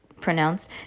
pronounced